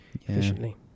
efficiently